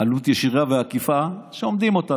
עלות ישירה ועקיפה שאומדים אותה,